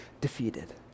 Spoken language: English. defeated